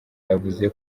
yavuze